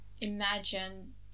imagine